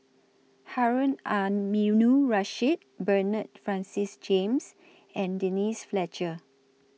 Harun Aminurrashid Bernard Francis James and Denise Fletcher